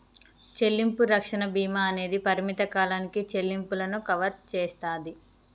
చెల్లింపు రక్షణ భీమా అనేది పరిమిత కాలానికి చెల్లింపులను కవర్ చేస్తాది